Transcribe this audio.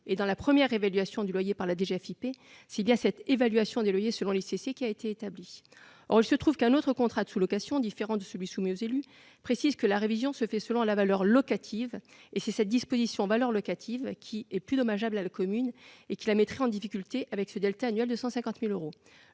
Dans la première réévaluation du loyer par la DGFiP, c'est bien cette évaluation des loyers selon l'ICC qui a été établie. Or il se trouve qu'un autre contrat de sous-location, différent de celui qui a été soumis aux élus, précise que la révision se fait selon la valeur locative. Cette disposition « valeur locative » est la plus dommageable à la commune et la mettrait en difficulté avec ce delta annuel de 150 000 euros.